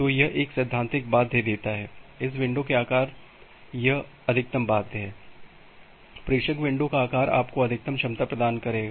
तो यह एक सैद्धांतिक बाध्य देता है इस विंडो के आकार यह अधिकतम बाध्य है प्रेषक विंडो का आकार आपको अधिकतम क्षमता प्रदान करेगा